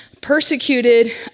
persecuted